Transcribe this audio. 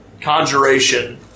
conjuration